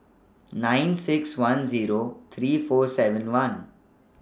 nine six one Zero three four seven one